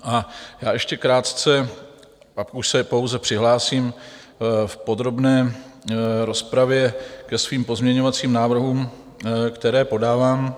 A já ještě krátce pak už se pouze přihlásím v podrobné rozpravě ke svým pozměňovacím návrhům, které podávám.